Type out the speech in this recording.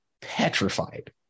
petrified